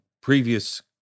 previous